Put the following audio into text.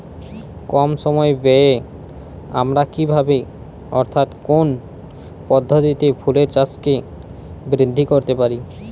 কম সময় ব্যায়ে আমরা কি ভাবে অর্থাৎ কোন পদ্ধতিতে ফুলের চাষকে বৃদ্ধি করতে পারি?